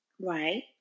Right